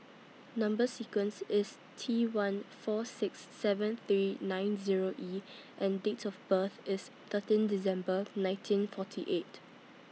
Number sequence IS T one four six seven three nine Zero E and Date of birth IS thirteen December nineteen forty eight